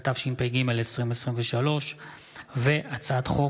החל בהצעת חוק פ/3447/25 וכלה בהצעת חוק